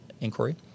inquiry